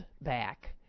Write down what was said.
back